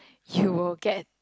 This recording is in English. you will get